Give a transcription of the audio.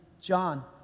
John